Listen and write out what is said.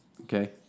okay